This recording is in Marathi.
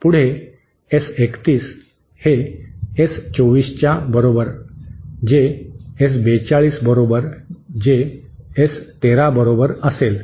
पुढे एस 31 हे एस 24 च्या बरोबर जे एस 42 बरोबर जे एस 13 बरोबर असेल